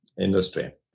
industry